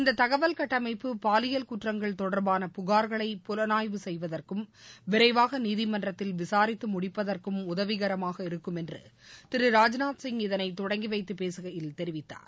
இந்த தகவல் கட்டமைப்பு பாலியல் புகார்களை புலனாய்வு செய்வற்கும் விரைவாக குற்றங்கள் தொடர்பான நீதிமன்றத்தில் விசாரித்து முடிப்பதற்கும் உதவிகரமாக இருக்கும் என்று திரு ராஜ்நாத் சிங் இதனைை தொடங்கிவைத்து பேசுகையில் தெரிவித்தார்